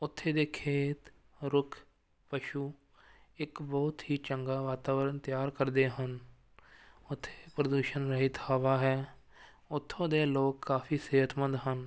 ਉੱਥੇ ਦੇ ਖੇਤ ਰੁੱਖ ਪਸ਼ੂ ਇੱਕ ਬਹੁਤ ਹੀ ਚੰਗਾ ਵਾਤਾਵਰਨ ਤਿਆਰ ਕਰਦੇ ਹਨ ਉੱਥੇ ਪ੍ਰਦੂਸ਼ਣ ਰਹਿਤ ਹਵਾ ਹੈ ਉੱਥੋਂ ਦੇ ਲੋਕ ਕਾਫੀ ਸਿਹਤਮੰਦ ਹਨ